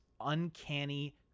uncanny